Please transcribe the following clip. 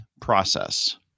process